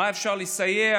במה אפשר לסייע,